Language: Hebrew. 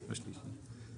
הצבעה אושר.